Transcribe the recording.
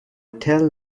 tell